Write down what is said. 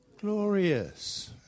glorious